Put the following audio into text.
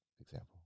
example